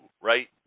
right